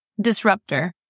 disruptor